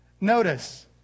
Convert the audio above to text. Notice